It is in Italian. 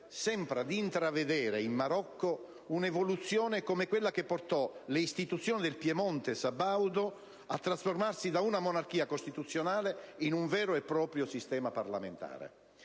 sembra di intravedere in Marocco un'evoluzione come quella che portò le istituzioni del Piemonte sabaudo a trasformarsi da una monarchia costituzionale in un vero e proprio sistema parlamentare.